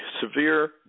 severe